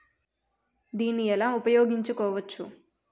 దీన్ని ఎలా ఉపయోగించు కోవచ్చు?